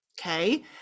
Okay